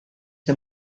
the